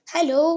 Hello